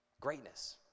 greatness